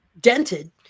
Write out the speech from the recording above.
dented